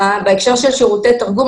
בהקשר של שירותי תרגום,